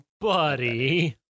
buddy